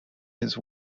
his